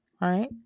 right